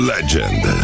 Legend